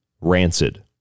rancid